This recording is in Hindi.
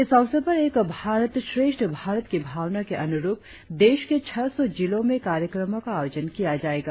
इस अवसर पर एक भारत श्रेष्ठ भारत की भावना के अनुरुप देश के छह सौ जिलों में कार्यक्रमों का आयोजन किया जायेगा